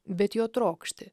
bet jo trokšti